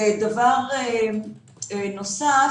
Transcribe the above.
דבר נוסף,